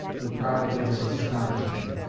would probably have astonished him.